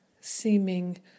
seeming